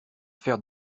faire